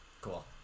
Cool